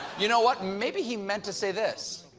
you know what, maybe he meant to say this.